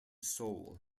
seoul